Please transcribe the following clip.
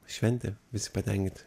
šventė visi patenkinti